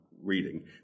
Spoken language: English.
reading